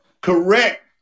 correct